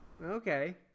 Okay